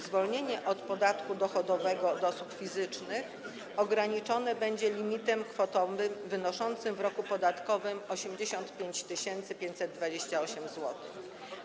Zwolnienie od podatku dochodowego od osób fizycznych ograniczone będzie limitem kwotowym wynoszącym w roku podatkowym 85 528 zł.